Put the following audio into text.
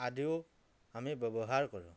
আদিও আমি ব্যৱহাৰ কৰোঁ